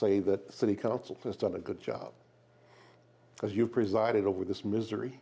say that the city council has done a good job because you presided over this misery